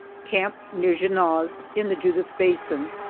camp near junot's, in the judith basin,